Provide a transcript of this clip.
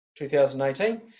2018